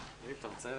הוא מכיר היטב את החדר